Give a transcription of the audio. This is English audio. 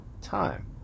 time